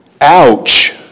Ouch